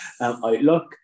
outlook